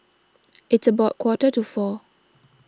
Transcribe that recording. its about quarter to four